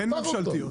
אין ממשלתיות.